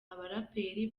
abaraperi